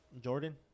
Jordan